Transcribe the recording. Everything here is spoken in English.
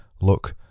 look